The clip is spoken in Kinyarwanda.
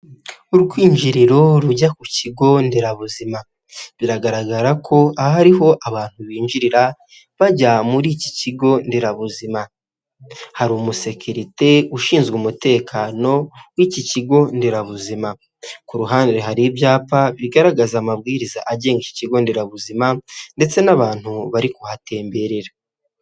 Urwinjiriro rujya ku kigo nderabuzima, biragaragara ko aha abantu binjirira bajya muri iki kigo nderabuzima, hari umusekirite ushinzwe umutekano w'iki kigo nderabuzima, ku ruhande hari ibyapa bigaragaza amabwiriza agenga ikigo nderabuzima ndetse n'abantu bari kuhatemberera.